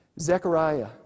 Zechariah